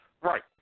Right